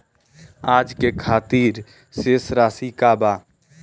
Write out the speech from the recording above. आज के खातिर शेष राशि का बा?